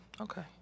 Okay